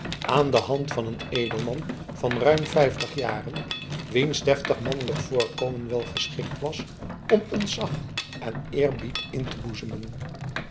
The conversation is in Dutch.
aan de hand van een edelman van ruim vijftig jaren wiens deftig mannelijk voorkomen wel geschikt was om ontzag en eerbied in te boezemen